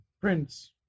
prints